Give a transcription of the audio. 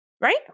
right